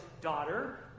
daughter